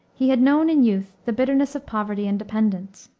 he had known in youth the bitterness of poverty and dependence.